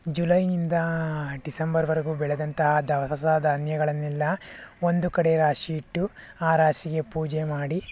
ಜುಲೈನಿಂದ ಡಿಸೆಂಬರ್ವರೆಗೂ ಬೆಳೆದಂತಹ ದವಸ ಧಾನ್ಯಗಳನ್ನೆಲ್ಲ ಒಂದು ಕಡೆ ರಾಶಿಯಿಟ್ಟು ಆ ರಾಶಿಗೆ ಪೂಜೆ ಮಾಡಿ